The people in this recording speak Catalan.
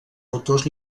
autors